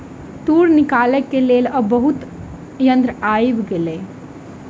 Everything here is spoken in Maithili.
तूर निकालैक लेल आब बहुत यंत्र आइब गेल